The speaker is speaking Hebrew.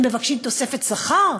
הם מבקשים תוספת שכר?